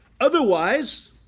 Otherwise